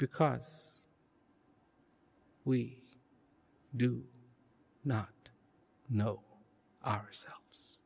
because we do not know ourselves